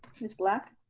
ms. black?